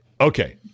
Okay